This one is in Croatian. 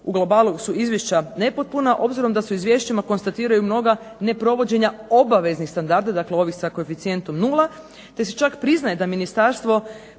u globalu su Izvješća nepotpuna, obzirom da se izvješćima konstatiraju mnoga neprovođenja obaveznih standarda ovih sa koeficijentom nula, te se čak priznaje da Ministarstvo